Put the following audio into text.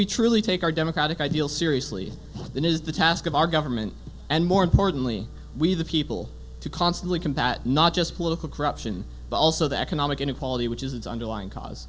we truly take our democratic ideals seriously that is the task of our government and more importantly we the people to constantly combat not just political corruption but also the economic inequality which is its underlying cause